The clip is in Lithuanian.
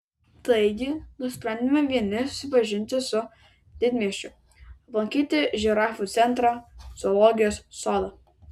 taigi nusprendėme vieni susipažinti su didmiesčiu aplankyti žirafų centrą zoologijos sodą